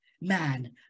man